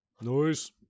noise